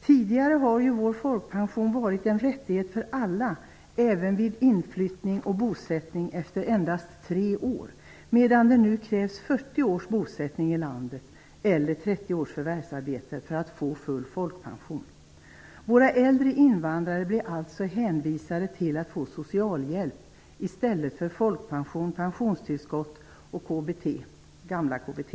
Tidigare har ju folkpensionen varit en rättighet för alla, även vid inflyttning och bosättning efter endast tre år, medan det nu krävs 40 års bosättning i landet eller 30 års förvärvsarbete för att få full folkpension. Våra äldre invandrare blir alltså hänvisade till socialhjälp i stället för folkpension, pensionstillskott och gamla KBT.